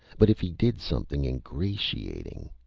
but if he did something ingratiating.